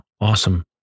Awesome